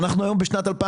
אנחנו היום ב-2023.